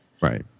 Right